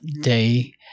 day